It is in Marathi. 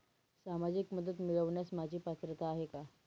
सामाजिक मदत मिळवण्यास माझी पात्रता आहे का?